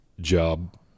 job